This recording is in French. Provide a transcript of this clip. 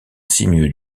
sinueux